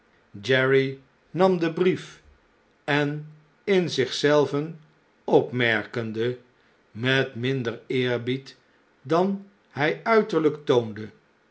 jerry nam den brief en in zich zelven opmerkende met minder eerbied dan hjj uiterljjk toonde